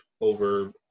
over